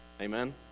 Amen